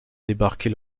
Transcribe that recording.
débarquer